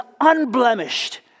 unblemished